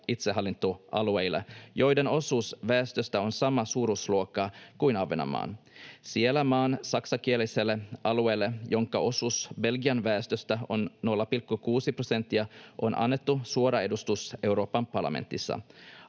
itsehallintoalueille, joiden osuus väestöstä on samaa suuruusluokkaa kuin Ahvenanmaan. Siellä maan saksankieliselle alueelle, jonka osuus Belgian väestöstä on 0,6 prosenttia, on annettu suora edustus Euroopan parlamentissa.